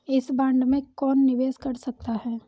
इस बॉन्ड में कौन निवेश कर सकता है?